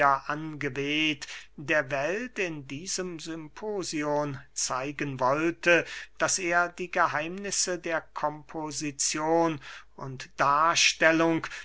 angeweht der welt in diesem symposion zeigen wollte daß er die geheimnisse der komposizion und darstellung